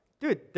Dude